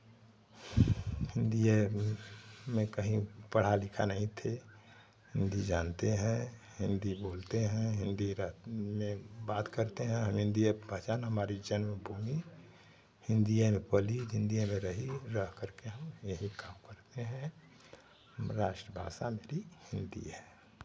हिन्दिए में कहीं पढ़ा लिखा नहीं थे हिन्दी जानते हैं हिन्दी बोलते हैं हिन्दी में बात करते हैं हम हिन्दिए पहचान हमारी जन्मभूमि हिन्दिए में पली हिन्दिए में रही रहकर के हम यही काम करते हैं राष्ट्रभाषा मेरी हिन्दी है